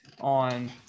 on